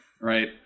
right